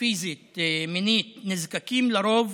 פיזית מינית נזקקים לרוב